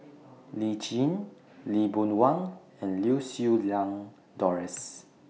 Lee Tjin Lee Boon Wang and Lau Siew Lang Doris